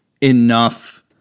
enough